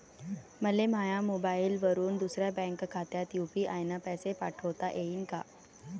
मले माह्या मोबाईलवरून दुसऱ्या बँक खात्यात यू.पी.आय न पैसे पाठोता येईन काय?